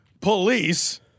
police